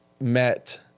met